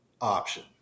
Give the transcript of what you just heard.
option